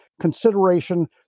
consideration